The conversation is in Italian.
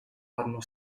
hanno